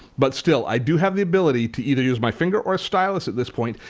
but still, i do have the ability to either use my finger or a stylus at this point,